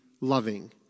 loving